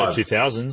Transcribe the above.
2000s